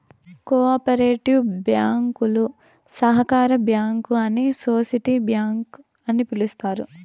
co operative బ్యాంకులు సహకార bank అని సోసిటీ బ్యాంక్ అని పిలుత్తారు